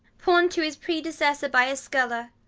pawn'd to his predecessor by a sculler,